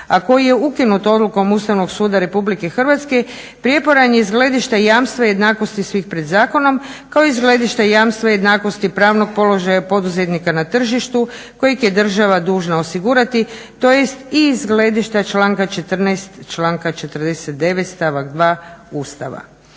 a koji je ukinut odlukom Ustavnog suda Republike Hrvatske prijeporan je s gledišta jamstva i jednakosti svih pred zakonom kao i iz gledišta jamstva i jednakosti, pravnog položaja poduzetnika na tržištu kojeg je država dužna osigurati tj. i iz gledišta članka 14., članka 49. stavak 2. Ustava.